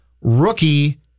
rookie